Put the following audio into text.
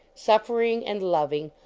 suffering and loving,